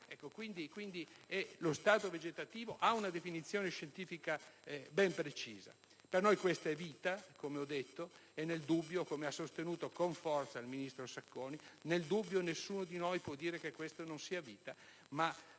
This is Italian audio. Quindi, lo stato vegetativo ha una definizione scientifica ben precisa. Per noi questa è vita e, nel dubbio, come ha sostenuto con forza il ministro Sacconi, nessuno di noi può dire che questa non sia vita.